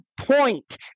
point